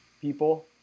people